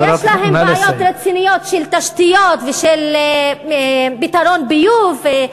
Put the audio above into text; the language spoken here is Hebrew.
שיש להן בעיות רציניות של תשתיות ושל פתרון ביוב,